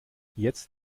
jetzt